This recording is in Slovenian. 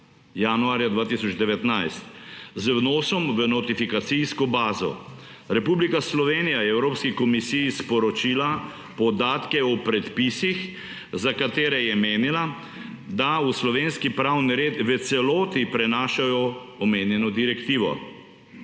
januarja 2019 z vnosom v notifikacijsko bazo. Republika Slovenija je Evropski komisiji sporočila podatke o predpisih, za katere je menila, da v slovenski pravni red v celoti prenašajo omenjeno direktivo.